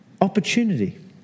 Opportunity